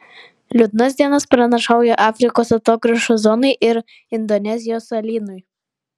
liūdnas dienas pranašauja afrikos atogrąžų zonai ir indonezijos salynui